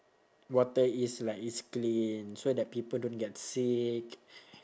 water is like it's clean so that people don't get sick